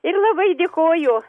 ir labai dėkoju